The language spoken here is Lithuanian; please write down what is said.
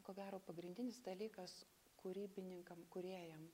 ko gero pagrindinis dalykas kūrybininkam kūrėjam